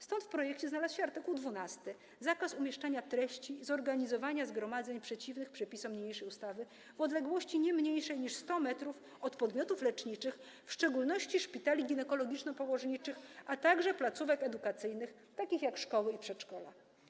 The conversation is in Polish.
Stąd w projekcie znalazł się w art. 12 zakaz umieszczania treści i organizowania zgromadzeń przeciwnych przepisom niniejszej ustawy w odległości mniejszej niż 100 m od podmiotów leczniczych, w szczególności szpitali ginekologiczno-położniczych, a także placówek edukacyjnych, takich jak szkoły i przedszkola.